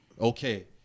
Okay